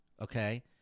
Okay